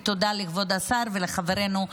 ותודה לכבוד השר ולחברנו,